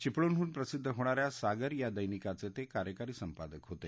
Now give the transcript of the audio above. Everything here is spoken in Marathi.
चिपळूणहून प्रसिद्ध होणाऱ्या सागर या दैनिकाचे ते कार्यकारी संपादक होते